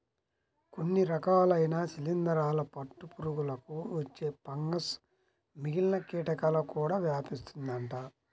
కొన్ని రకాలైన శిలీందరాల పట్టు పురుగులకు వచ్చే ఫంగస్ మిగిలిన కీటకాలకు కూడా వ్యాపిస్తుందంట